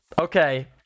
Okay